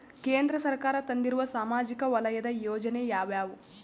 ಕೇಂದ್ರ ಸರ್ಕಾರ ತಂದಿರುವ ಸಾಮಾಜಿಕ ವಲಯದ ಯೋಜನೆ ಯಾವ್ಯಾವು?